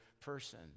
person